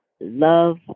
love